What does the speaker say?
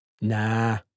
Nah